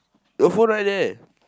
your phone right there